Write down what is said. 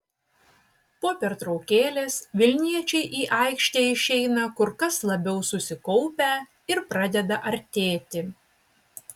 po pertraukėlės vilniečiai į aikštę išeina kur kas labiau susikaupę ir pradeda artėti